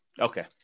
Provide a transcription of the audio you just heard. Okay